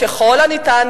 ככל הניתן,